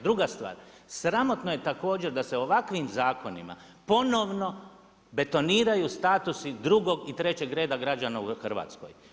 Druga stvar, sramotno je također da se ovakvim zakonima ponovno betoniraju statusi drugog i trećeg reda građana u Hrvatskoj.